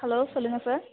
hello சொல்லுங்க sir